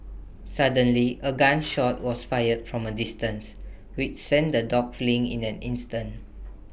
suddenly A gun shot was fired from A distance which sent the dogs fleeing in an instant